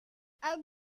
again